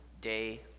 day